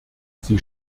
sie